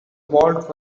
vault